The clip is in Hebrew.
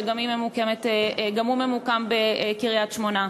שגם הוא ממוקם בקריית-שמונה,